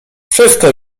wszystko